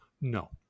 no